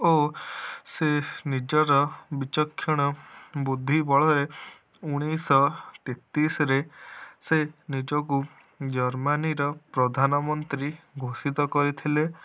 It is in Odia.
ଓ ସେ ନିଜର ବିଚକ୍ଷଣ ବୁଦ୍ଧି ବଳରେ ଉଣେଇଶହ ତେତିଶରେ ସେ ନିଜକୁ ଜର୍ମାନୀର ପ୍ରଧାନମନ୍ତ୍ରୀ ଘୋଷିତ କରିଥିଲେ